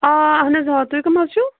آ اَہَن حظ آ تُہۍ کٕم حظ چھُو